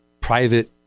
private